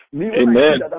amen